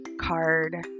card